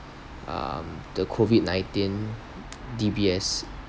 um the COVID nineteen DBS